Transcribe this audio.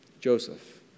Joseph